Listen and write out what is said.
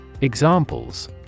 Examples